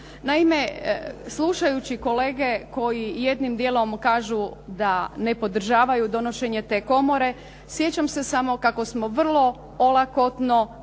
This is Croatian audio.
Naime, slušajući kolege koji jednim dijelom kažu da ne podržavaju donošenje te komore, sjećam se samo kako smo vrlo olakotno